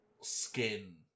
skin